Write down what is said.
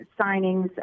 signings